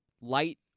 light